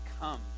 come